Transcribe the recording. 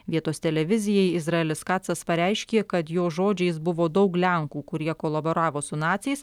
vietos televizijai izraelis kacas pareiškė kad jo žodžiais buvo daug lenkų kurie kolaboravo su naciais